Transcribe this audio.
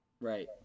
Right